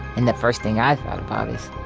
and the first thing i thought about is